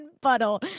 Buttle